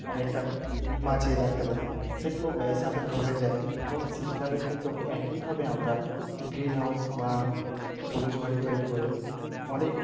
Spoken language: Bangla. অনেকটা বাঁচিয়ে রাখতে পারি সেগুলো ব্যয় সাপেক্ষ হয়ে যায় এবং শীতকালের ক্ষেত্তেও একইভাবে আমরা গ্রীন হাউস বা সবুজ বাড়ি তৈরি করে অনেক